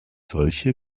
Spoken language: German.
solche